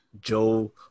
joe